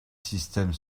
système